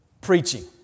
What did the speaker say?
preaching